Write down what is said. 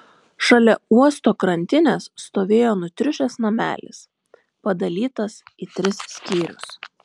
šalia uosto krantinės stovėjo nutriušęs namelis padalytas į tris skyrius